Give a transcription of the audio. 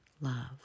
love